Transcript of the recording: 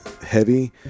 heavy